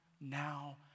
now